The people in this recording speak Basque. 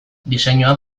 diseinua